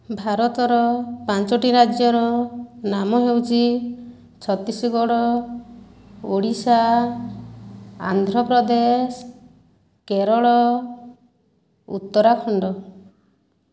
ଭାରତର ପାଞ୍ଚଟି ରାଜ୍ୟର ନାମ ହେଉଛି ଛତିଶଗଡ଼ ଓଡ଼ିଶା ଆନ୍ଧ୍ରପ୍ରଦେଶ କେରଳ ଉତ୍ତରାଖଣ୍ଡ